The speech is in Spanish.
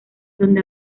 donde